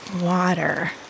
water